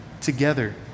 together